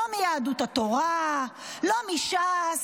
לא מיהדות התורה, לא מש"ס.